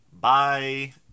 Bye